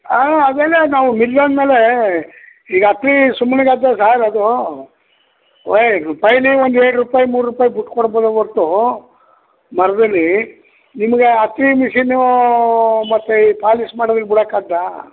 ಆಂ ಅದೆಲ್ಲ ನಾವು ಮಿಲ್ ಅಂದ ಮೇಲೆ ಈಗ ಸುಮ್ಮನೆಗಾಗ್ತದಾ ಸರ್ ಅದು ಒಂದು ಎರಡು ರೂಪಾಯಿ ಮೂರು ರೂಪಾಯಿ ಬಿಟ್ ಕೊಡ್ಬೋದೆ ಹೊರ್ತು ಮರ್ದಳ್ಳಿ ನಿಮಗೆ ಅತ್ತಿ ಮಿಷೀನೂ ಮತ್ತು ಈ ಪಾಲಿಷ್ ಮಾಡೋದನ್ನ ಬಿಡಕಾಗ್ತಾ